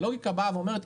הלוגיקה באה ואומרת,